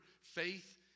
faith